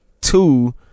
two